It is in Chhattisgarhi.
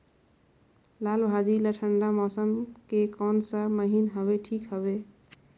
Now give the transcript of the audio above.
लालभाजी ला ठंडा मौसम के कोन सा महीन हवे ठीक हवे?